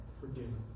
forgiven